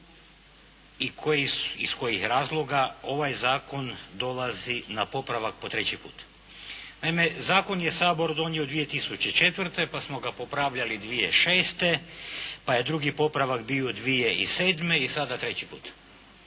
i iz kojih razloga ovaj zakon dolazi na popravak po treći put. Naime, zakon je Sabor donio 2004. pa smo ga popravljali 2006., pa je drugi popravak bio 2007. i sada treći put.